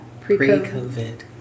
Pre-COVID